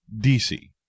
DC